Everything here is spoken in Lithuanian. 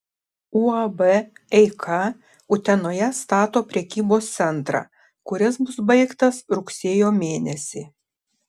uab eika utenoje stato prekybos centrą kuris bus baigtas rugsėjo mėnesį